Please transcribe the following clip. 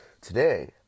today